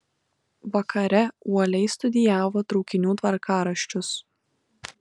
vakare uoliai studijavo traukinių tvarkaraščius